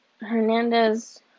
Hernandez